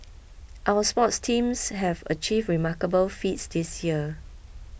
our sports teams have achieved remarkable feats this year